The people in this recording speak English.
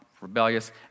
rebellious